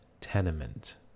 tenement